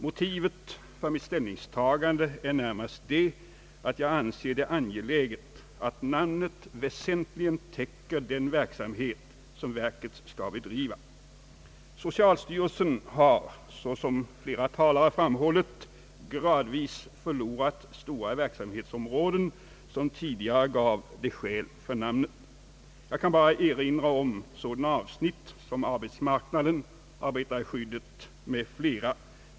Motivet för mitt ställningstagande är närmast att jag anser det angeläget att namnet väsentligen täcker den verksamhet som verket skall bedriva. Socialstyrelsen har, såsom flera talare framhållit, gradvis förlorat stora verksamhetsområden som tidigare gav socialstyrelsen skäl för namnet. Jag behöver bara erinra om sådana avsnitt som arbetsmarknaden, arbetarskyddet etc.